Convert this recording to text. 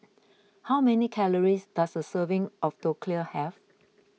how many calories does a serving of Dhokla have